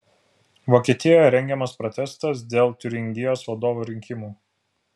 vokietijoje rengiamas protestas dėl tiuringijos vadovo rinkimų